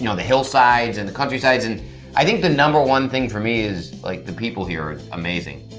you know the hillsides and the countrysides and i think the number one thing from me is like the people here are amazing.